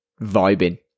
vibing